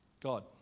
God